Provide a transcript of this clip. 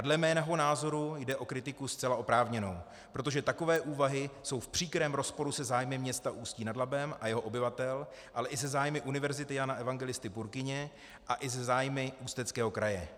Dle mého názoru jde o kritiku zcela oprávněnou, protože takové úvahy jsou v příkrém rozporu se zájmy města Ústí nad Labem a jeho obyvatel, ale i se zájmy Univerzity Jana Evangelisty Purkyně a i se zájmy Ústeckého kraje.